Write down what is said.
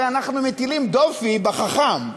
הרי אנחנו מטילים דופי בחכם,